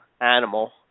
animal